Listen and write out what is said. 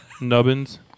nubbins